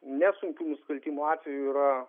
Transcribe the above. nesunkių nusikaltimų atveju yra